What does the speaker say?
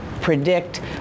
predict